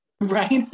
right